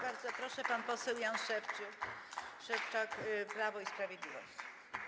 Bardzo proszę, pan poseł Jan Szewczak, Prawo i Sprawiedliwość.